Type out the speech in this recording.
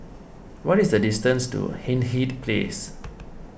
what is the distance to Hindhede Place